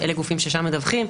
אלו גופים ששם מדווחים.